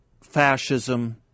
fascism